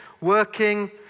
working